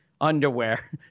underwear